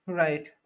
right